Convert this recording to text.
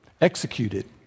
executed